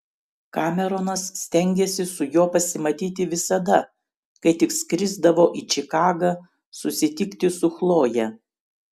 kameronas stengėsi su juo pasimatyti visada kai tik skrisdavo į čikagą susitikti su chloje